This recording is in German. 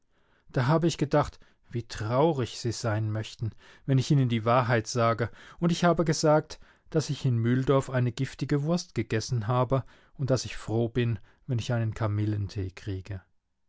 da habe ich gedacht wie traurig sie sein möchten wenn ich ihnen die wahrheit sage und ich habe gesagt daß ich in mühldorf eine giftige wurst gegessen habe und daß ich froh bin wenn ich einen kamillentee kriege